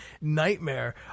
nightmare